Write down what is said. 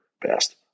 best